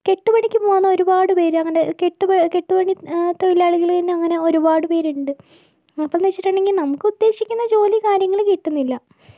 കെട്ടുപണിക്ക് പോകുന്ന ഒരുപാട് പേര് അങ്ങനെ കെട്ട് കെട്ട് പണിത്തൊഴിലാളികള് തന്നെ അങ്ങനെ ഒരുപാട് പേരുണ്ട് അപ്പോഴെന്ന് വച്ചിട്ടുണ്ടെങ്കിൽ നമുക്കുദ്ദേശിക്കുന്ന ജോലി കാര്യങ്ങള് കിട്ടുന്നില്ല